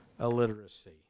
illiteracy